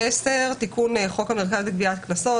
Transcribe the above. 10.תיקון חוק המרכז לגביית קנסות